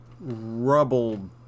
rubble